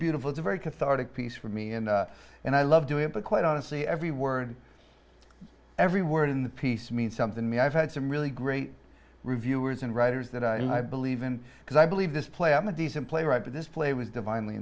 beautiful it's a very cathartic piece for me and and i love doing it but quite honestly every word every word in the piece means something me i've had some really great reviewers and writers that i believe in because i believe this play i'm a decent playwright but this play was divinely